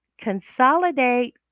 consolidate